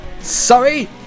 Sorry